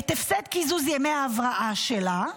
את הפסד קיזוז ימי ההבראה שלה,